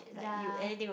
ya